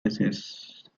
disease